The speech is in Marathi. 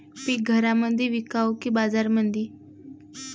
पीक घरामंदी विकावं की बाजारामंदी?